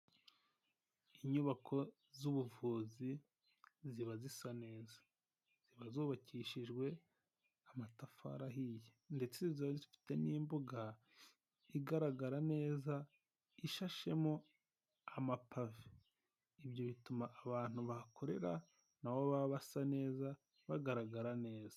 Inyubako z'ubuvuzi ziba zisa neza, ziba zubakishijwe amatafari ahiye ndetse ziba zifite n'imbuga igaragara neza ishashemo amapave, ibyo bituma abantu bahakorera nabo baba basa neza bagaragara neza.